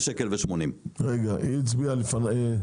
--- רגע, היא הצביעה לפניך.